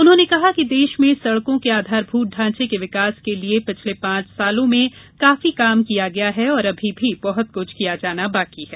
उन्होंने कहा कि देश में सड़कों के आधारभूत ढांचे के विकास के लिए पिछले पांच वर्षो में काफी काम किया गया है और अभी भी बहुत कुछ किया जाना बाकी है